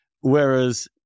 Whereas